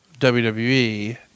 WWE